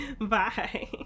bye